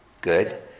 good